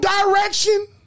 direction